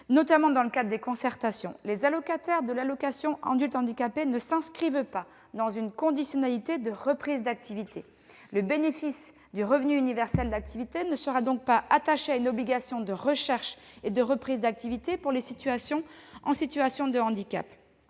notamment dans le cadre des concertations. Les allocataires de l'AAH ne s'inscrivent pas dans une conditionnalité de reprise d'activité. Le bénéfice du revenu universel d'activité ne sera donc pas attaché à une obligation de recherche et de reprise d'activité pour les personnes en situation de handicap.